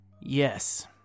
Yes